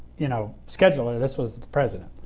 you know, scheduler, this was the president.